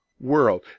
world